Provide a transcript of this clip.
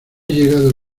llegado